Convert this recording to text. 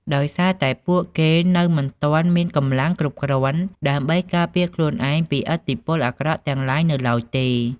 ដោយសារតែពួកគេនៅមិនទាន់មានកម្លាំងគ្រប់គ្រាន់ដើម្បីការពារខ្លួនឯងពីឥទ្ធិពលអាក្រក់ទាំងឡាយនៅឡើយទេ។